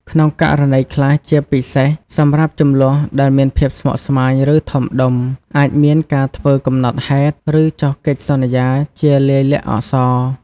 ក្នុងករណីខ្លះ ជាពិសេសសម្រាប់ជម្លោះដែលមានភាពស្មុគស្មាញ ឬធំដុំ អាចមានការធ្វើកំណត់ហេតុ ឬចុះកិច្ចសន្យាជាលាយលក្ខណ៍អក្សរ។